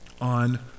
on